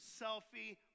selfie